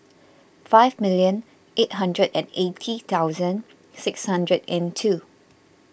five million eight hundred and eighty thousand six hundred and two